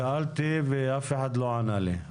שאלתי ואף אחד לא ענה לי.